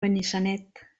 benissanet